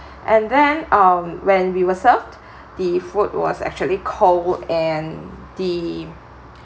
and then um when we were served the food was actually cold and the